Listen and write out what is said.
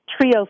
Trio